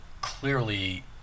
clearly